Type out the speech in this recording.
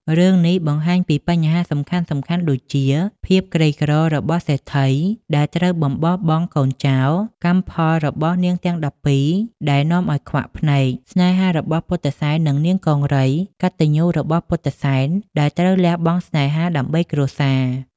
រឿងនេះបង្ហាញពីបញ្ហាសំខាន់ៗដូចជា ភាពក្រីក្ររបស់សេដ្ឋីដែលត្រូវបំបរបង់កូនចោល កម្មផលរបស់នាងទាំង១២ដែលនាំឲ្យខ្វាក់ភ្នែក ស្នេហារបស់ពុទ្ធិសែន និងនាងកង្រី កត្តញ្ញូរបស់ពុទ្ធិសែនដែលត្រូវលះបង់ស្នេហាដើម្បីគ្រួសារ។